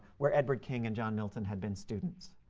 where edward king and john milton had been students.